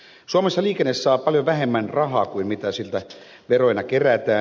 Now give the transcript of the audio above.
suomessa liikenne saa paljon vähemmän rahaa kuin mitä siltä veroina kerätään